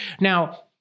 Now